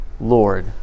Lord